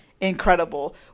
incredible